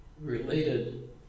related